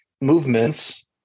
movements